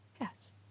Yes